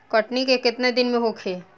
कटनी केतना दिन में होखे?